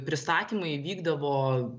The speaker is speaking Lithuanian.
pristatymai vykdavo